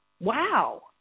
wow